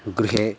गृहे